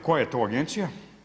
Koja je to agencija?